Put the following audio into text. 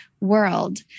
world